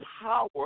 power